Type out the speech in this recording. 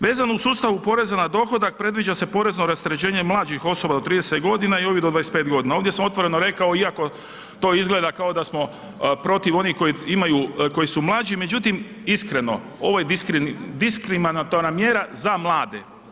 Vezano u sustavu poreza na dohodak predviđa se porezno rasterećenje mlađih osoba do 30 godina i ovih do 25 godina ovdje sam otvoreno rekao iako to izgleda kao da smo protiv onih koji imaju, koji su mlađi, međutim iskreno ovo je diskriminatorna mjera za mlade.